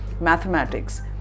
Mathematics